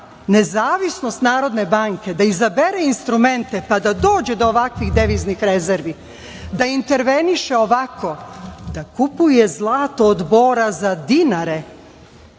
nezavisnost Narodne banke da izabere instrumente, pa da dođe do ovakvih deviznih rezervi, da interveniše ovako, da kupuje zlato od Bora za dinare